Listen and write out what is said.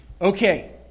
Okay